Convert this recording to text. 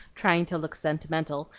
trying to look sentimental,